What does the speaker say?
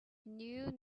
knew